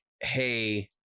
hey